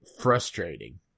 frustrating